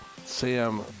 Sam